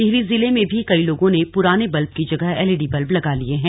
टिहरी जिले में भी कई लोगों ने पुराने बल्ब की जगह एलईडी बल्ब लगा लिये हैं